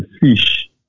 fish